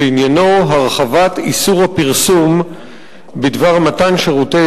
שעניינה הרחבת איסור הפרסום בדבר מתן שירותי